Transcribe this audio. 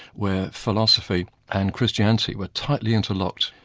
where philosophy and christianity were tightly interlocked.